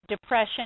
depression